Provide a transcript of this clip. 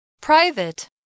Private